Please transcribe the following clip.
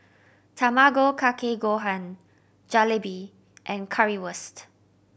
Tamago Kake Gohan Jalebi and Currywurst